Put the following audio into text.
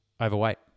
overweight